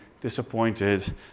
disappointed